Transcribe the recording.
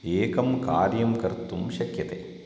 एकं कार्यं कर्तुं शक्यते